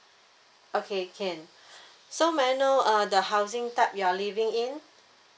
okay can so may I know uh the housing type you are living in